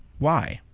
why,